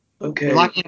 Okay